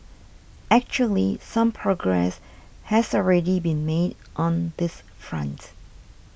actually some progress has already been made on this front